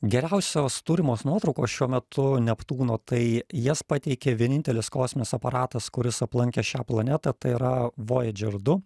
geriausios turimos nuotraukos šiuo metu neptūno tai jas pateikė vienintelis kosminis aparatas kuris aplankė šią planetą tai yra vojadžer du